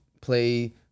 play